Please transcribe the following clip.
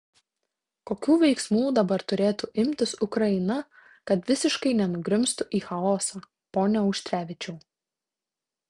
kokių veiksmų dabar turėtų imtis ukraina kad visiškai nenugrimztų į chaosą pone auštrevičiau